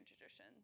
tradition